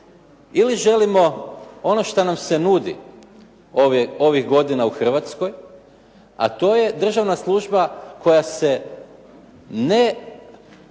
ili želimo ono što nam se nudi ovih godina u Hrvatskoj, a to je državna služba koja se